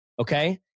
Okay